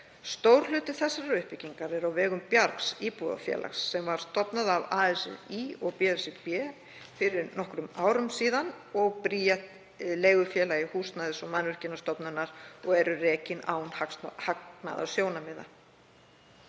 Stór hluti þessarar uppbyggingar er á vegum Bjargs íbúðafélags, sem var stofnað af ASÍ og BSRB fyrir nokkrum árum síðan, og Bríetar, leigufélags Húsnæðis- og mannvirkjastofnunar, sem eru rekin án hagnaðarmarkmiða.